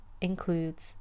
includes